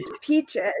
peaches